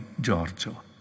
Giorgio